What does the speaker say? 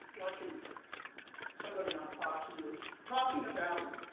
watching somebody on fox news talking about